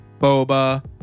Boba